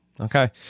Okay